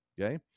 okay